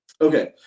Okay